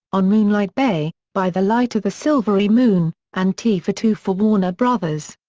on moonlight bay, by the light of the silvery moon, and tea for two for warner brothers.